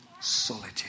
solitude